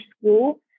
school